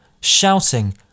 shouting